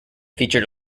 featured